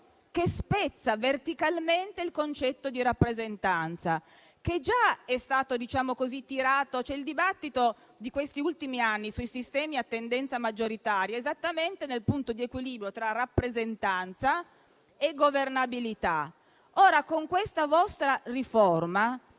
che spezza verticalmente il concetto di rappresentanza, che già è stato innescato. Il dibattito di questi ultimi anni sui sistemi a tendenza maggioritaria si colloca esattamente nel punto di equilibrio tra rappresentanza e governabilità. Ora, con questa vostra riforma,